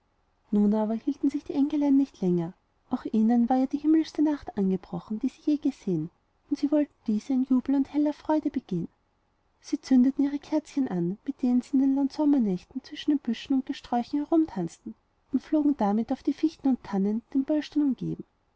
nun aber hielten sich die engelein nicht länger auch ihnen war ja die himmlischste nacht angebrochen die sie je gesehen und sie wollten diese in jubel und heller freude begehen sie zündeten ihre kerzchen an mit denen sie in den lauen sommernächten zwischen den büschen und gesträuchen herumtanzen und flogen damit auf die fichten und tannen die den böllstein umgeben